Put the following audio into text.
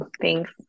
Thanks